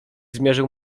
zmierzył